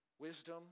wisdom